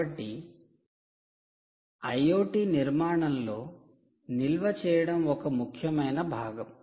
కాబట్టి IoT నిర్మాణంలో నిల్వ చేయడం ఒక ముఖ్యమైన భాగం